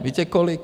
Víte kolik?